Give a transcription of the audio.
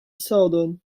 southern